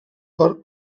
per